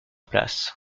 place